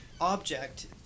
object